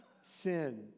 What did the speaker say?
sin